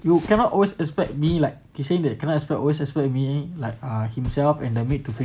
you cannot always expect me like kissing that cannot expect me like err himself and